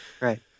Right